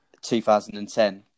2010